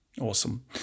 Awesome